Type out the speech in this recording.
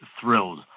thrilled